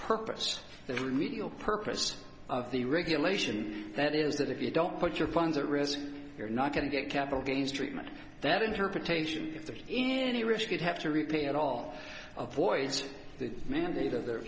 purpose of the remedial purpose of the regulation that is that if you don't put your funds at risk you're not going to get capital gains treatment that interpretation if there's any risk you'd have to repay at all of voids the mandate of the